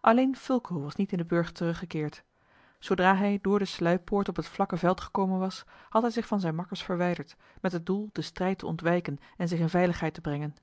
alleen fulco was niet in den burcht teruggekeerd zoodra hij door de sluippoort op het vlakke veld gekomen was had hij zich van zijne makkers verwijderd met het doel den strijd te ontwijken en zich in veiligheid te brengen